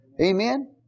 Amen